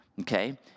Okay